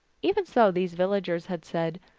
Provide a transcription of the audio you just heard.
even so these villagers had said,